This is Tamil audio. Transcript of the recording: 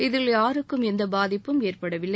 இதில் யாருக்கும் எந்த பாதிப்பும் ஏற்படவில்லை